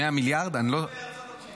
100 מיליארד ------ ארצות הברית.